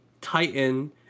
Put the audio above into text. Titan